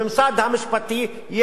והממסד המשפטי,